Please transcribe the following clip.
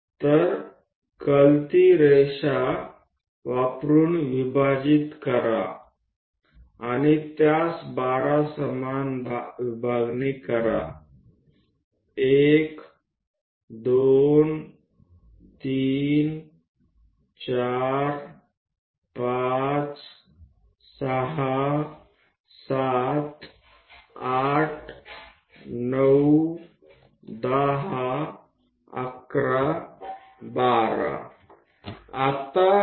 તો એક ત્રાંસી લીટી દોરો અને તેને 1 2 3 4 5 6 7 8 9 10 11 અને 12 તે રીતે 12 સમાન ભાગોમાં વહેંચો